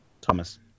Thomas